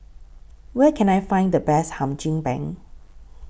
Where Can I Find The Best Hum Chim Peng